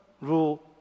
rule